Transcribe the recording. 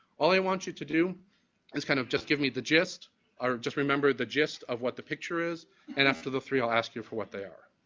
all i want you to do is kind of just give me the gist or just remember the gist of what the picture is and after the three, i'll ask you for what they are,